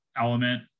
element